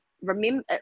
remember